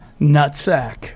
Nutsack